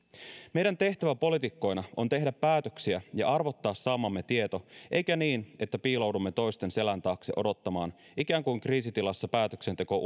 meidän tehtävämme poliitikkoina on tehdä päätöksiä ja arvottaa saamamme tieto eikä niin että piiloudumme toisten selän taakse odottamaan ikään kuin kriisitilassa päätöksenteko